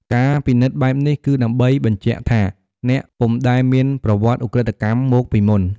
ការពិនិត្យបែបនេះគឺដើម្បីបញ្ជាក់ថាអ្នកពុំដែលមានប្រវត្តិឧក្រិដ្ឋកម្មមកពីមុន។